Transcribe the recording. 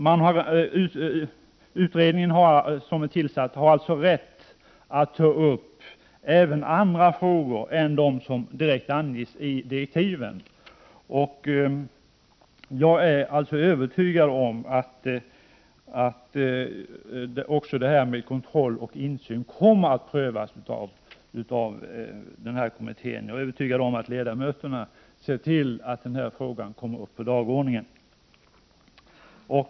Den utredning som tillsatts har alltså rätt att ta upp även andra frågor än de som direkt anges i direktiven. Jag är övertygad om att också detta med kontroll och insyn kommer att prövas av kommittén. Jag är övertygad om att ledamöterna ser till att denna fråga kommer upp på dagordningen.